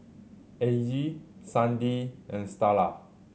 Aggie Sandi and Starla